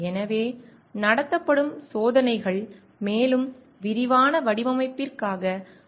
எனவே நடத்தப்படும் சோதனைகள் மேலும் விரிவான வடிவமைப்பிற்கான அடிப்படையாக செயல்படுகின்றன